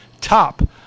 top